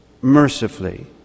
mercifully